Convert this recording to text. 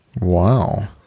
Wow